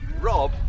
Rob